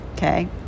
Okay